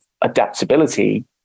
adaptability